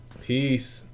Peace